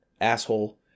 asshole